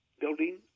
building